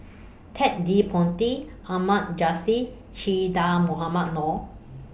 Ted De Ponti Ahmad Jais Che Dah Mohamed Noor